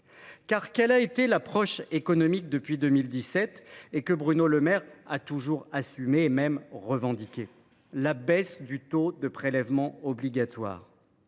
quelle a été l’approche économique depuis 2017, que Bruno Le Maire a d’ailleurs assumée et revendiquée ? La baisse du taux de prélèvements obligatoires.